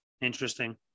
interesting